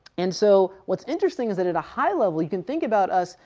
and so what's interesting is that at a high level you can think about us,